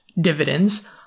dividends